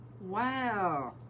wow